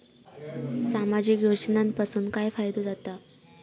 सामाजिक योजनांपासून काय फायदो जाता?